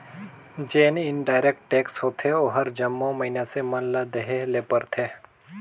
जेन indirect tax होथे ओहर जम्मो मइनसे मन ल देहे ले परथे